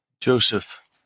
Joseph